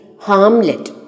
Hamlet